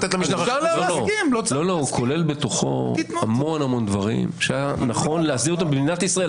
הוא כולל בתוכו המון דברים שהיה נכון להסדיר אותם במדינת ישראל,